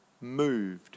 moved